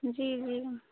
जी जी